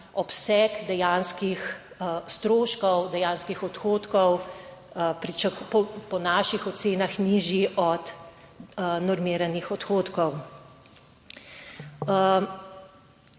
obseg dejanskih stroškov, dejanskih odhodkov po naših ocenah nižji od normiranih odhodkov.